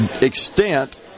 extent